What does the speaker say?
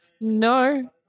No